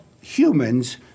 humans